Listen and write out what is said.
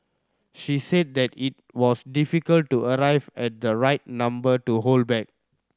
she said that it was difficult to arrive at the right number to hold back